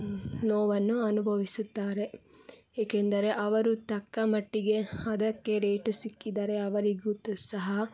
ನೋವನ್ನು ಅನುಭವಿಸುತ್ತಾರೆ ಏಕೆಂದರೆ ಅವರು ತಕ್ಕಮಟ್ಟಿಗೆ ಅದಕ್ಕೆ ರೇಟು ಸಿಕ್ಕಿದ್ದಾರೆ ಅವರಿಗೂ ಸಹ